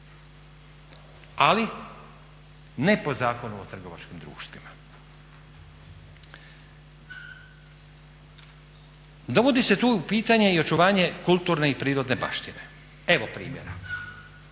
Ali ne po Zakonu o trgovačkom društvima. Dovodi se tu u pitanje i očuvanje kulturne i prirodne baštine. Evo primjera.